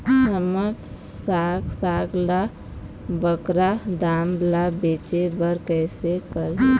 हमर साग साग ला बगरा दाम मा बेचे बर कइसे करी?